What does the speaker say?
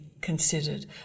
considered